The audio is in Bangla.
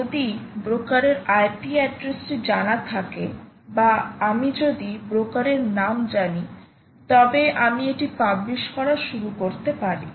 যদি ব্রোকারের IP অ্যাড্রেসটি জানা থাকে বা আমি যদি ব্রোকারের নাম জানি তবে আমি এটি পাবলিশ করা শুরু করতে পারি